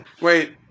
Wait